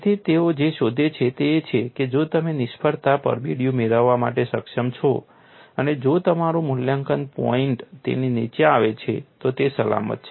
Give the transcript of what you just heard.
તેથી તેઓ જે શોધે છે તે એ છે કે જો તમે નિષ્ફળતા પરબિડિયું મેળવવા માટે સક્ષમ છો અને જો તમારું મૂલ્યાંકન પોઈન્ટ તેની નીચે છે તો તે સલામત છે